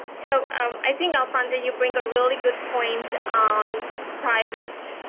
so um i think alfonso that you bring a really good point on private